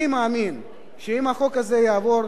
אני מאמין שאם החוק הזה יעבור,